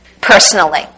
personally